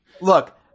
Look